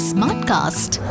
Smartcast